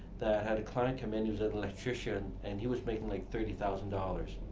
that i had a client come in, he was an electrician, and he was making like thirty thousand dollars.